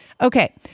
Okay